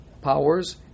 powers